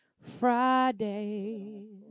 Friday